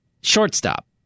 Shortstop